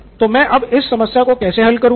तो मैं अब इस समस्या को कैसे हल करुंगा